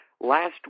Last